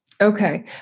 Okay